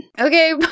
Okay